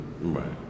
Right